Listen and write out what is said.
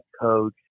coach